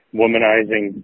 womanizing